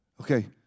Okay